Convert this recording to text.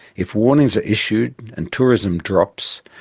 if warnings are issued and tourism drops,